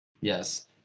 yes